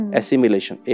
assimilation